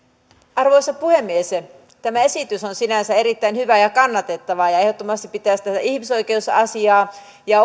arvoisa puhemies tämä esitys on sinänsä erittäin hyvä ja kannatettava ja ja ehdottomasti pitäisi tätä ihmisoikeusasiaa ja